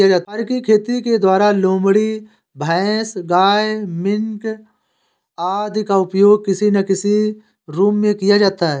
फर की खेती के द्वारा लोमड़ी, भैंस, गाय, मिंक आदि का उपयोग किसी ना किसी रूप में किया जाता है